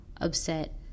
upset